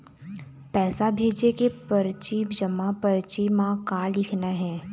पैसा भेजे के परची जमा परची म का लिखना हे?